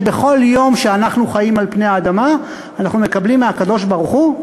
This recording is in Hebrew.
שבכל יום שאנחנו חיים על פני האדמה אנחנו מקבלים מהקדוש-ברוך-הוא,